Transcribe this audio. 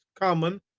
common